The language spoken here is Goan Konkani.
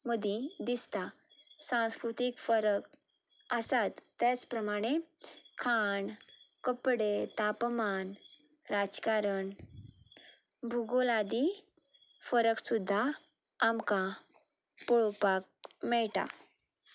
मदीं दिसता सांस्कृतीक फरक आसात त्याच प्रमाणे खाण कपडे तापमान राजकारण भुगोल आदी फरक सुद्दां आमकां पळोवपाक मेळटा